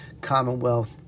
Commonwealth